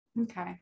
Okay